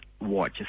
watch